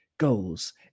Goals